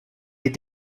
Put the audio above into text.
est